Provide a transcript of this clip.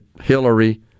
Hillary